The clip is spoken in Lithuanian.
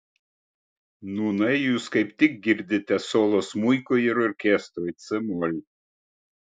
nūnai jūs kaip tik girdite solo smuikui ir orkestrui c mol